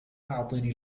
أعطني